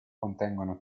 contengono